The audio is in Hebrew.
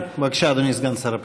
בבקשה, אדוני סגן שר הפנים.